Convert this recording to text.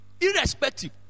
Irrespective